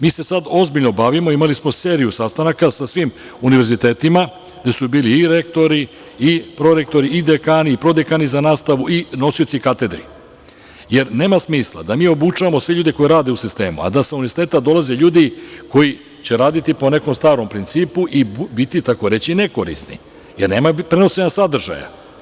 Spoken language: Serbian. Mi se sada ozbiljno bavimo, imali smo seriju sastanaka sa svim univerzitetima gde su bili i rektori i prorektori i dekani i prodekani za nastavu i nosioci katedri, jer nema smisla da mi obučavamo sve ljude koji rade u sistemu, a da sa univerziteta dolaze ljudi koji će raditi po nekom starom principu i biti tako reći nekorisni, jer nema prenošenja sadržaja.